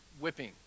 whipping